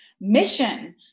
mission